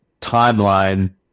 timeline